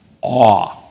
awe